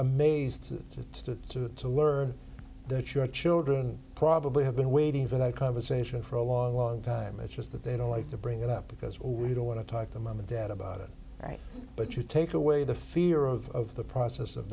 amazed to learn that your children probably have been waiting for that conversation for a long long time it's just that they don't like to bring it up because we don't want to talk to mum and dad about it right but you take away the fear of the process of